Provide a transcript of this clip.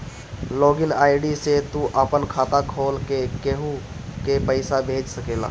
log in ID से तू आपन खाता खोल के केहू के पईसा भेज सकेला